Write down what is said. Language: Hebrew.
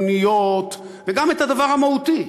ארגוניות, וגם את הדבר המהותי,